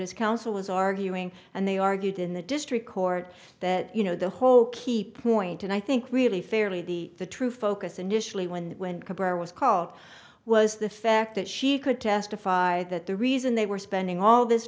his counsel was arguing and they argued in the district court that you know the whole keep point and i think really fairly the the true focus initially when when cabrera was called was the fact that she could testify that the reason they were spending all this